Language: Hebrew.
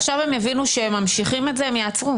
עכשיו הם יבינו שהם ממשיכים את זה, הם יעצרו.